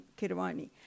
Kirwani